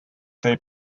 they